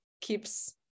keeps